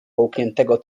połkniętego